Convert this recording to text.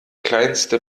kleinste